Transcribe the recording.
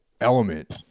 element